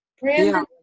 Brandon